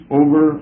over